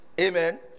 Amen